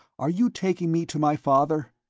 are you taking me to my father?